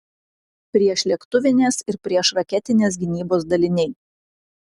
priešlėktuvinės ir priešraketinės gynybos daliniai